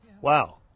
Wow